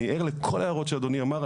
אני ער לכל ההערות שאדוני אמר,